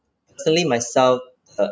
recently myself uh